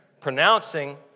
pronouncing